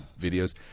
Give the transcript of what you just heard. videos